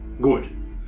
Good